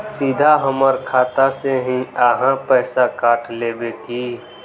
सीधा हमर खाता से ही आहाँ पैसा काट लेबे की?